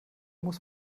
muss